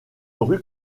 rue